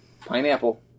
Pineapple